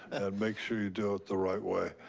and make sure you do it the right way.